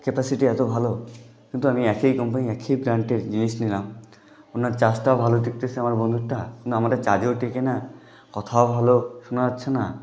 capacity এত ভালো কিন্তু আমি একই কোম্পানির একই ব্র্যাণ্ডের জিনিস কিনলাম ওনার চার্জটাও ভালো টিকতেসে আমার বন্ধুরটা কিন্তু আমাদের চার্জও টেকে না কথাও ভালো শোনা যাচ্ছে না